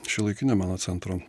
šiuolaikinio meno centro